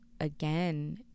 again